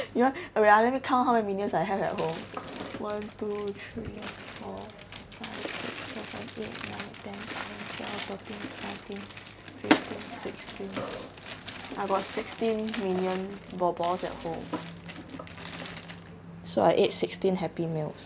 you want wait ah let me count how many minions I have at home one two three four fix six seven eight nine ten eleven twelve thirteen fourteen fifteen sixteen I got sixteen minion ball ball at home so I ate sixteen happy meals